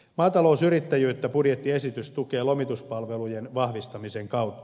maatalousyrittäjyyttä budjettiesitys tukee lomituspalvelujen vahvistamisen kautta